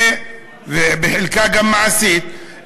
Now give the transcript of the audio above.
ובחלקה גם מעשית,